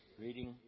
reading